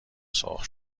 سرخ